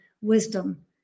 Wisdom